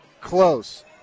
close